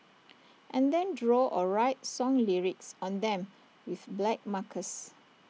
and then draw or write song lyrics on them with black markers